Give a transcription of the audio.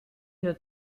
une